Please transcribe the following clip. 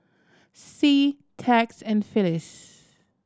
Sie Tex and Phyliss